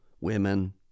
women